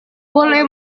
boleh